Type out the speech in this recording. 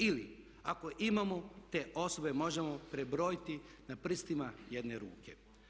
Ili ako imamo te osobe možemo prebrojiti na prstima jedne ruke.